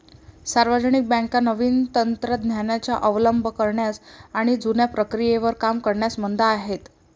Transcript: सार्वजनिक बँका नवीन तंत्र ज्ञानाचा अवलंब करण्यास आणि जुन्या प्रक्रियेवर काम करण्यास मंद आहेत